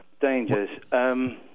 Dangers